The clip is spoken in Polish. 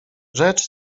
rzecz